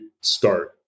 start